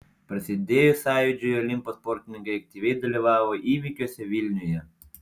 prasidėjus sąjūdžiui olimpo sportininkai aktyviai dalyvavo įvykiuose vilniuje